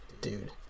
Dude